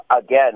again